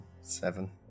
seven